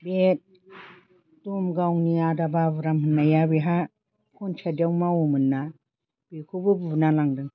बे दुमगावनि आदा बाबुराम होननाया बेहा फनसाय्दआव माविमोन ना बेखौबो बुना लांदों